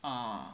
ah